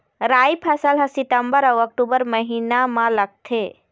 राई फसल हा सितंबर अऊ अक्टूबर महीना मा लगथे